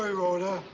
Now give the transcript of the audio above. rhoda.